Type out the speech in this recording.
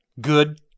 good